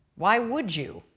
why would you?